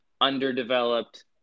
underdeveloped